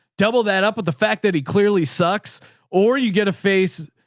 double that up with the fact that he clearly sucks or you get a face,